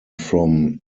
from